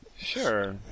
Sure